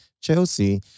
Chelsea